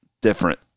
different